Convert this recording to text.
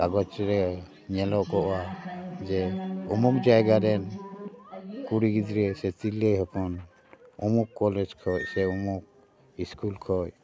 ᱠᱟᱜᱚᱡ ᱨᱮ ᱧᱮᱞᱚᱜᱚᱜᱼᱟ ᱡᱮ ᱩᱢᱩᱠ ᱡᱟᱭᱜᱟ ᱨᱮᱱ ᱠᱩᱲᱤ ᱜᱤᱫᱽᱨᱟᱹ ᱥᱮ ᱛᱤᱨᱞᱟᱹ ᱦᱚᱯᱚᱱ ᱩᱢᱩᱠ ᱠᱚᱞᱮᱡᱽ ᱠᱷᱚᱡ ᱥᱮ ᱩᱢᱩᱠ ᱤᱥᱠᱩᱞ ᱠᱷᱚᱡ